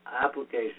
application